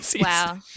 Wow